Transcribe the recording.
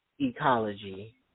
ecology